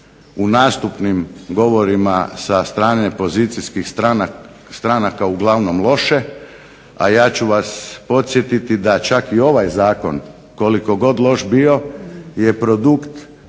u nastupnim govorima sa strane pozicijskih stranaka uglavnom loše. A ja ću vas podsjetiti da čak i ovaj zakon koliko god loš bio je produkt